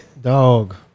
Dog